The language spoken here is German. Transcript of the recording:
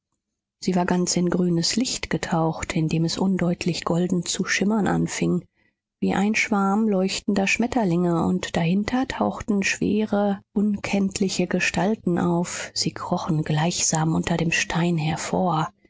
sie war ganz in grünes licht getaucht in dem es undeutlich golden zu schimmern anfing wie ein schwarm leuchtender schmetterlinge und dahinter tauchten schwere unkenntliche gestalten auf sie krochen gleichsam unter dem stein hervor